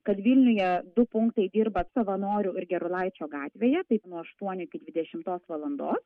kad vilniuje du punktai dirba savanorių ir gerulaičio gatvėje taip nuo aštuonių iki dvidešimtos valandos